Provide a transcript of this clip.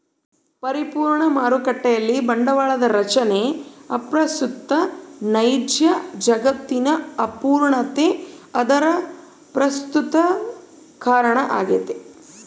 ಪರಿಪೂರ್ಣ ಮಾರುಕಟ್ಟೆಯಲ್ಲಿ ಬಂಡವಾಳದ ರಚನೆ ಅಪ್ರಸ್ತುತ ನೈಜ ಜಗತ್ತಿನ ಅಪೂರ್ಣತೆ ಅದರ ಪ್ರಸ್ತುತತಿಗೆ ಕಾರಣ ಆಗ್ಯದ